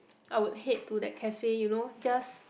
I would head to that cafe you know just